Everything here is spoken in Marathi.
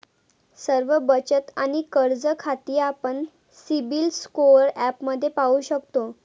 सर्व बचत आणि कर्ज खाती आपण सिबिल स्कोअर ॲपमध्ये पाहू शकतो